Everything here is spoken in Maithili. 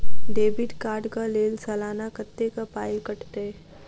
डेबिट कार्ड कऽ लेल सलाना कत्तेक पाई कटतै?